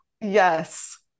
Yes